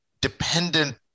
dependent